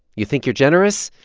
you think you're generous?